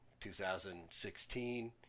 2016